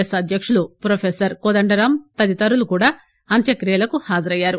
yes అధ్యకులు professor Kodandaram తదితరులు కూడా అంత్యక్తియలకు హాజరయ్యారు